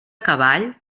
cavall